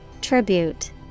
Tribute